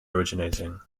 originating